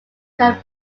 can